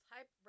Type